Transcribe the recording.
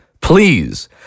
Please